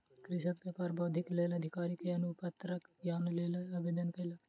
कृषक व्यापार वृद्धिक लेल अधिकारी के अनुज्ञापत्रक लेल आवेदन देलक